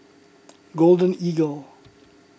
Golden Eagle